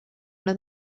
una